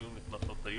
היו נכנסות היום.